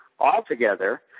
altogether